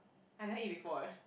I never eat before eh